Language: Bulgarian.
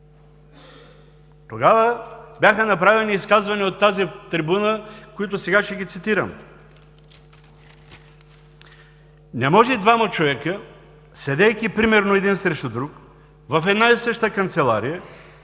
Тогава бяха направени изказвания от тази трибуна, които сега ще цитирам: „Не може двама човека, седейки примерно един срещу друг в една и съща канцелария,